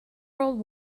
world